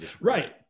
Right